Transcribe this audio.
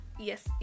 Yes